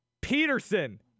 Peterson